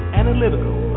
analytical